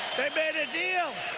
they made a deal!